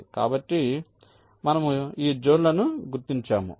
కాబట్టి మనము ఈ జోన్ లను గుర్తించాము